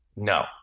no